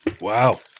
Wow